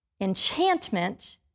Enchantment